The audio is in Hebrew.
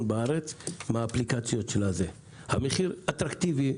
בארץ באפליקציות המחיר אטרקטיבי,